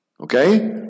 Okay